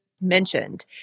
mentioned